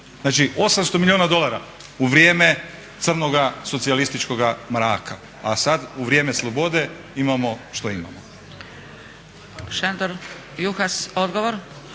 znači 800 milijuna dolara u vrijeme crnoga socijalističkoga mraka, a sad u vrijeme slobode imamo što imamo.